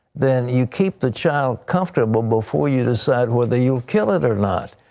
then you keep the child comfortable before you decide whether you kill it or not.